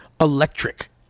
electric